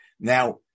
now